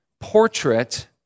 Portrait